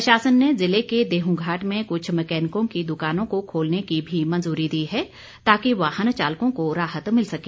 प्रशासन ने जिले के देहंघाट में कुछ मैकेनिकों की दकानों को खोलने की भी मंजूरी दी है ताकि वाहन चालकों को राहत मिल सके